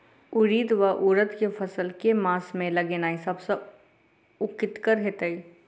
उड़ीद वा उड़द केँ फसल केँ मास मे लगेनाय सब सऽ उकीतगर हेतै?